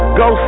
go